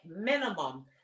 minimum